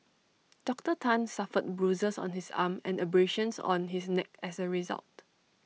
Doctor Tan suffered bruises on his arm and abrasions on his neck as A result